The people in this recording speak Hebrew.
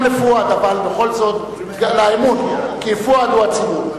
גם לפואד, כי פואד הוא הציבור.